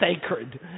sacred